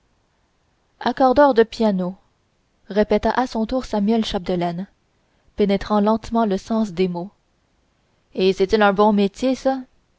accordeur de pianos répéta à son tour samuel chapdelaine pénétrant lentement le sens des mots et c'est-il un bon métier ça